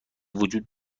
وجود